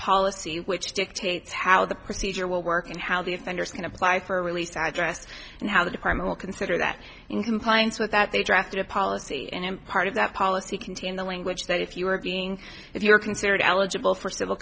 policy which dictates how the procedure will work and how the offenders can apply for release to address and how the department will consider that in compliance with that they drafted a policy and part of that policy contained the language that if you are being if you are considered eligible for civil